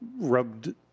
rubbed